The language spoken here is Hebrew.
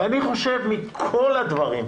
ואני חושב, מכל הדברים,